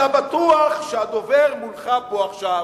אתה בטוח שהדובר מולך פה עכשיו